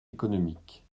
économique